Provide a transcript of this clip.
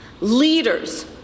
leaders